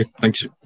thanks